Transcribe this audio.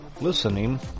listening